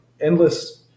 endless